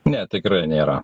ne tikrai nėra